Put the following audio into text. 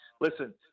listen